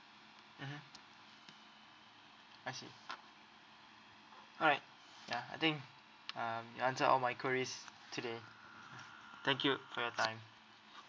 mmhmm I see alright ya I think um you answered all my queries today thank you for your time